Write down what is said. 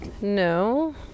No